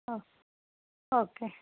okay okay